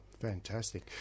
Fantastic